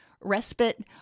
respite